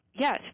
yes